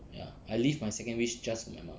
ya I leave my second wish just for my mum